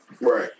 Right